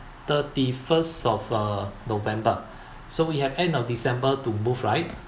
thirty first of uh november so you have end of december to move right